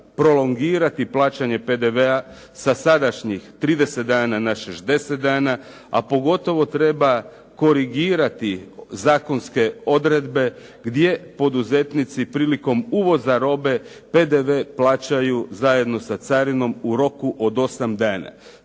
prolongirati plaćanje PDV-a sa sadašnjih 30 dana na 60 dana, a pogotovo treba korigirati zakonske odredbe gdje poduzetnici prilikom uvoza robe PDV plaćaju zajedno sa carinom u roku od 8 dana.